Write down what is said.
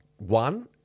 One